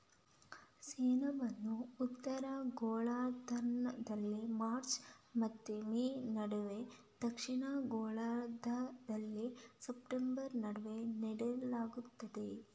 ಸೆಣಬನ್ನು ಉತ್ತರ ಗೋಳಾರ್ಧದಲ್ಲಿ ಮಾರ್ಚ್ ಮತ್ತು ಮೇ ನಡುವೆ, ದಕ್ಷಿಣ ಗೋಳಾರ್ಧದಲ್ಲಿ ಸೆಪ್ಟೆಂಬರ್ ನಡುವೆ ನೆಡಲಾಗುತ್ತದೆ